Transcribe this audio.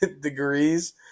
degrees